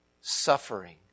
suffering